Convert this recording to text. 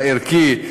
הערכי,